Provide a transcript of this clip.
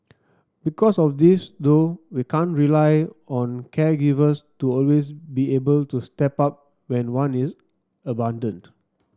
because of this though we can't rely on caregivers to always be able to step up when one is abandoned